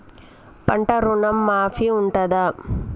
పంట ఋణం మాఫీ ఉంటదా?